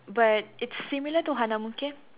but it's similar to Hanamuke